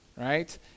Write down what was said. right